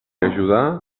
ajudar